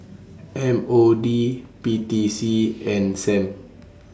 M O D P T C and SAM